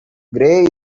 gray